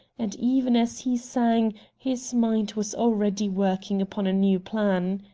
and, even as he sang, his mind was already working upon a new plan.